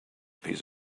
piece